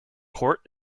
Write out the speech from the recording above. court